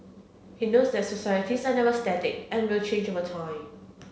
he notes that societies are never static and will change over time